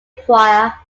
prior